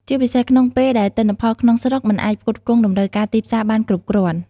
ជាពិសេសក្នុងពេលដែលទិន្នផលក្នុងស្រុកមិនអាចផ្គត់ផ្គង់តម្រូវការទីផ្សារបានគ្រប់គ្រាន់។